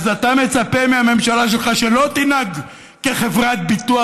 אז אתה מצפה מהממשלה שלך שלא תנהג כחברת ביטוח